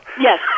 Yes